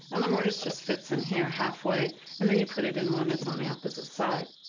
and the mortise just fits in here halfway and then you put it in one that's on the opposite side.